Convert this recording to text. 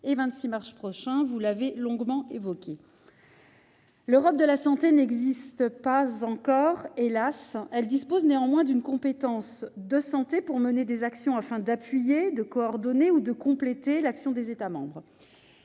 et 26 mars prochain- vous l'avez longuement évoqué. L'Europe de la santé n'existe pas encore, hélas. L'Union dispose néanmoins d'une compétence de santé lui permettant de mener des actions afin d'appuyer, de coordonner ou de compléter l'action des États membres.